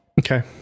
Okay